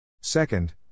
Second